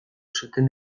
zuten